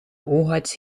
oogarts